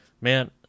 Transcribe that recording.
man